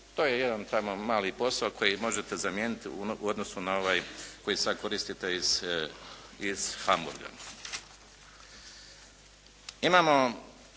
to je jedan tamo mali posao koji možete zamijeniti u odnosu na ovaj koji sad koristite iz Hamburga.